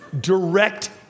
direct